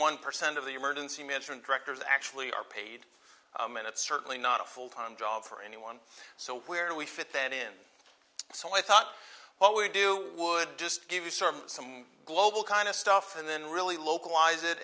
one percent of the emergency management directors actually are paid and it's certainly not a full time job for anyone so where we fit that in so i thought what would do would just give you sort of some global kind of stuff and then really localize it